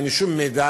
אין לי שום מידע,